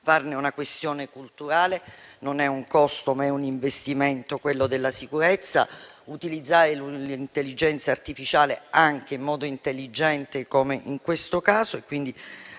farne una questione culturale. Non è un costo, ma è un investimento, quello della sicurezza. È necessario anche utilizzare l'intelligenza artificiale in modo intelligente, come in questo caso.